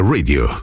Radio